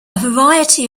variety